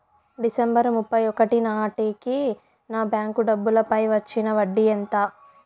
December ముప్పై ఒకటి నాటేకి నా బ్యాంకు డబ్బుల పై వచ్చిన వడ్డీ ఎంత?